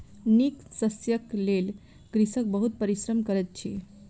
नीक शस्यक लेल कृषक बहुत परिश्रम करैत अछि